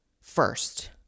first